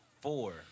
four